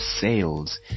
sales